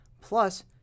Plus